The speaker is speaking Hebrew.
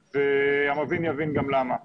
והמבין יבין גם למה.